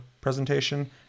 presentation